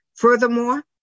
Furthermore